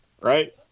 Right